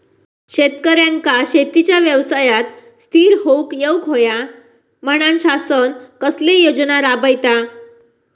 शेतकऱ्यांका शेतीच्या व्यवसायात स्थिर होवुक येऊक होया म्हणान शासन कसले योजना राबयता?